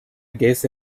guess